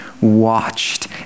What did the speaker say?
watched